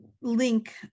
link